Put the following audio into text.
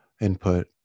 input